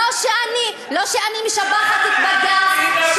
לא שאני משבחת את בג"ץ,